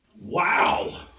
Wow